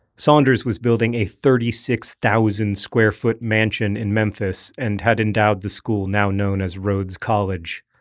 saunders was building a thirty six thousand square foot mansion in memphis and had endowed the school now known as rhodes college.